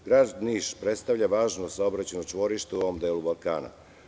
Grad Niš predstavlja važnu saobraćajno čvorište u ovom delu Balkana.